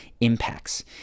impacts